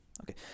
Okay